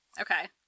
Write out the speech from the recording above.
Okay